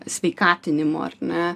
sveikatinimo ar ne